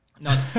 No